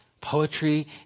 poetry